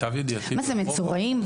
מה זה, מצורעים?